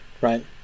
right